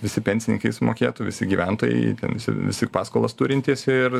visi pensininkai sumokėtų visi gyventojai visi visi ir paskolas turintys ir